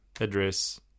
address